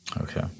Okay